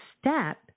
step